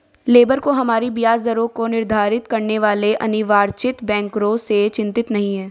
labour को हमारी ब्याज दरों को निर्धारित करने वाले अनिर्वाचित बैंकरों से चिंतित नहीं है